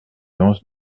onze